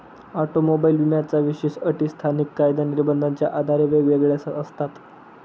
automobile विम्याच्या विशेष अटी स्थानिक कायदा निर्बंधाच्या आधारे वेगवेगळ्या असतात